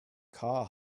car